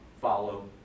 follow